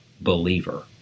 believer